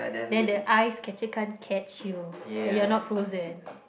then the eyes catcher can't catch you that you're not frozen